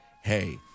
hey